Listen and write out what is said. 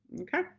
okay